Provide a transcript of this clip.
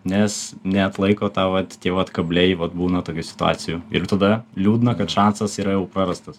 nes neatlaiko ta vat vat kabliai vat būna tokių situacijų ir tada liūdna kad šansas yra jau prarastas